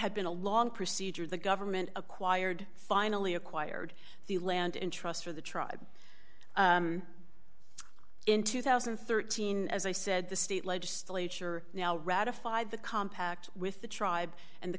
had been a long procedure the government acquired finally acquired the land in trust for the tribe in two thousand and thirteen as i said the state legislature now ratified the compact with the tribe and the